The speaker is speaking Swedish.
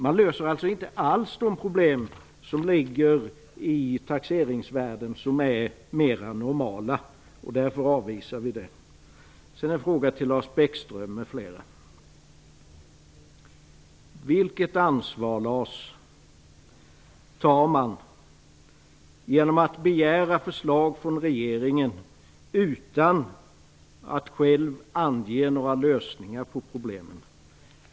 Man löser alltså inte alls de problem som ligger i taxeringsvärden som är mera normala, och därför avvisar vi det. Jag har en fråga till Lars Bäckström m.fl. Vilket ansvar tar man genom att begära förslag från regeringen utan att själv ange några lösningar på problemen?